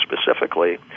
specifically